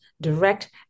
direct